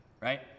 right